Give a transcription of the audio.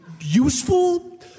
useful